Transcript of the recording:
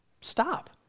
stop